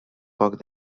poc